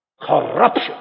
corruption